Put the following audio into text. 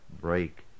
break